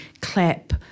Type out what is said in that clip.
clap